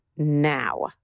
Now